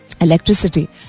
electricity